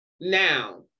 Now